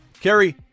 Kerry